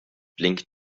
blinkt